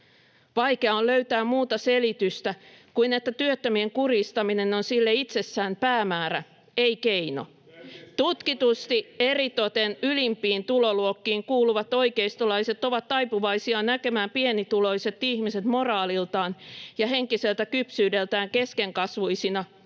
Vaikea on löytää muuta selitystä kuin että työttömien kurjistaminen on sille itsessään päämäärä, ei keino. [Ben Zyskowicz: Löytyisiköhän, jos oikein yrittäisitte löytää?] Tutkitusti eritoten ylimpiin tuloluokkiin kuuluvat oikeistolaiset ovat taipuvaisia näkemään pienituloiset ihmiset moraaliltaan ja henkiseltä kypsyydeltään keskenkasvuisina